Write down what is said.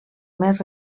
més